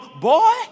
boy